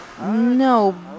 no